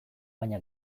baina